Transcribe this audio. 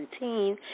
2017